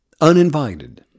uninvited